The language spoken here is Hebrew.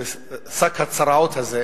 לשק הצרעות הזה.